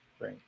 Right